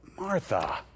Martha